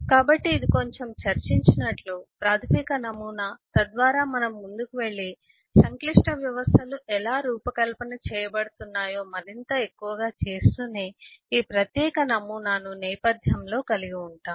కాబట్టి ఇది కొంచెం చర్చించినట్లు ప్రాథమిక నమూనా తద్వారా మనం ముందుకు వెళ్లి సంక్లిష్ట వ్యవస్థలు ఎలా రూపకల్పన చేయబడుతున్నాయో మరింత ఎక్కువగా చేస్తూనే ఈ ప్రత్యేక నమూనాను నేపథ్యంలో కలిగి ఉంటాము